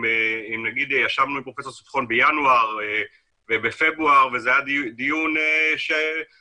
אם נגיד ישבנו עם פרופ' שמחון בינואר ובפברואר וזה היה דיון חצי